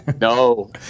No